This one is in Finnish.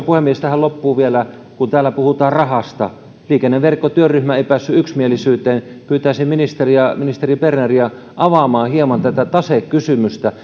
puhemies tähän loppuun vielä kun täällä puhutaan rahasta liikenneverkkotyöryhmä ei päässyt yksimielisyyteen pyytäisin ministeri berneriä avaamaan hieman tätä tasekysymystä